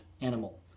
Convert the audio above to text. animal